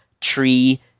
tree